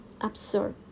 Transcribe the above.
absurd